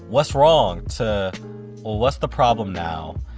what's wrong? to what's the problem now?